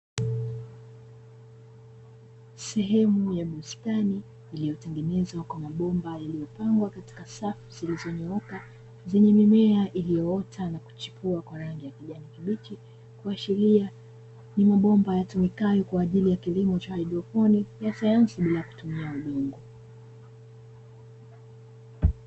Sehemu ya bustani iliyotengenezwa kwa mabomba yaliyopangwa katika safu zilizonyooka, zenye mimea iliyoota na kuchipua kwa rangi ya kijani kibichi. Kuashiria ni mabomba yatumikayo kwa ajili ya kilimo cha haidroponi, ya sayansi bila kutumia udongo.